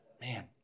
man